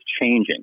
changing